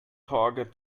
torge